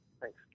Thanks